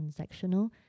transactional